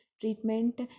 Treatment